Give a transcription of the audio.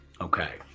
Okay